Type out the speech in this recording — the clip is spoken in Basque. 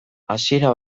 hasiera